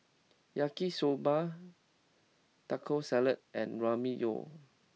Yaki soba Taco Salad and Ramyeon